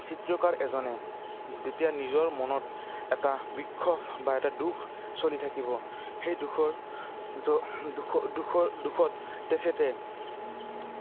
চিত্ৰকাৰ এজনে যেতিয়া নিজৰ মনত এটা বিষ বা এটা দুখ চলি থাকিব সেই দুখৰ দুখৰ দুখত তেখেতে